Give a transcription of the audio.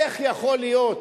איך יכול להיות